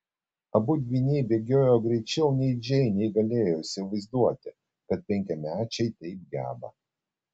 abu dvyniai bėgiojo greičiau nei džeinė galėjo įsivaizduoti kad penkiamečiai taip geba